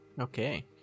okay